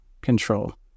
control